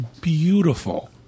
beautiful